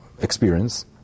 experience